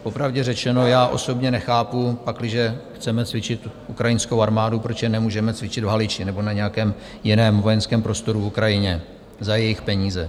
Popravdě řečeno, já osobně nechápu, pakliže chceme cvičit ukrajinskou armádu, proč je nemůžeme cvičit v Haliči nebo na nějakém jiném vojenském prostoru na Ukrajině za jejich peníze.